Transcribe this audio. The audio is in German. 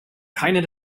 keiner